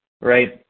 right